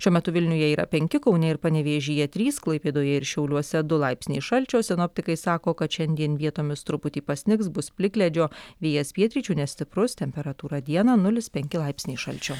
šiuo metu vilniuje yra penki kaune ir panevėžyje trys klaipėdoje ir šiauliuose du laipsniai šalčio sinoptikai sako kad šiandien vietomis truputį pasnigs bus plikledžio vėjas pietryčių nestiprus temperatūra dieną nulis penki laipsniai šalčio